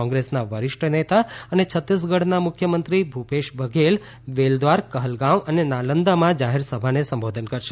કોંગ્રેસના વરિષ્ઠ નેતા અને છત્તીસગઢના મુખ્યમંત્રી ભૂપેશ બઘેલ બેલદ્વાર કહલગાંવ અને નાલંદામાં જાહેર સભાને સંબોધન કરશે